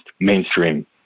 mainstream